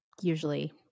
usually